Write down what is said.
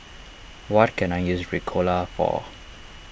what can I use Ricola for